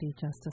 Justice